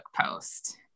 post